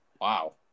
Wow